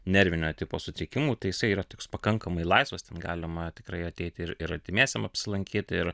nervinio tipo sutrikimų tai jisai yra toks pakankamai laisvas ten galima tikrai ateiti ir ir artimiesiem apsilankyt ir